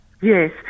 Yes